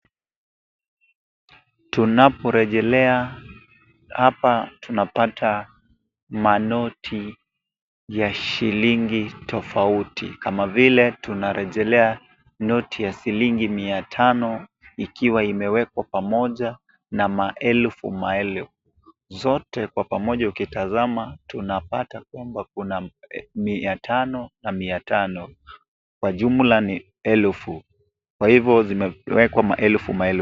Tunaporejelea hapa tunapata manoti ya shilingi tofauti kama vile tunarejelea noti ya shilingi mia tano ikiwa imewekwa pamoja na maelfu maelfu. Zote kwa pamoja ukitazama tunapata kwamba kuna mia tano na mia tano kwa jumla ni elfu kwa hivyo zimewekwa maelfu maelfu.